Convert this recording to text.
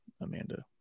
Amanda